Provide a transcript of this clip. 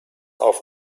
auf